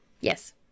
Yes